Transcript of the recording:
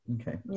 Okay